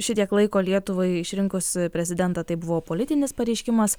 šitiek laiko lietuvai išrinkus prezidentą tai buvo politinis pareiškimas